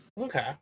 Okay